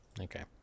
Okay